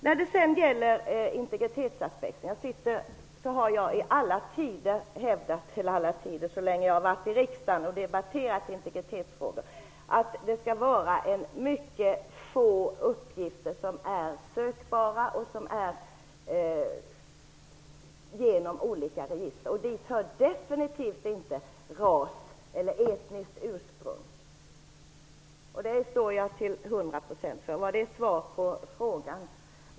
När det gäller integritetsaspekten har jag i alla tider, eller åtminstone så länge jag har varit i riksdagen och debatterat integritetsfrågor, hävdat att det skall vara mycket få uppgifter som skall vara sökbara genom olika register. Dit hör definitivt inte ras eller etniskt ursprung. Det står jag för till hundra procent. Det är svaret på frågan.